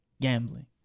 gambling